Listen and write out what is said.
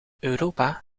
europa